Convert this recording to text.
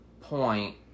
point